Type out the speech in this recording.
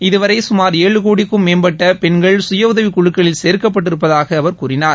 இதுவரை சுமார் ஏழு கோடிக்கும் மேற்பட்ட பெண்கள் சுயஉதவிக் குழுக்களில் சேர்க்கப்பட்டிருப்பதாக அவர் கூறினார்